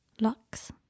Lux